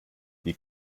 die